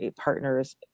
partners